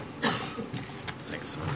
Thanks